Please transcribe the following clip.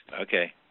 Okay